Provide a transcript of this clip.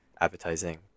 appetizing